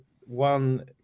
one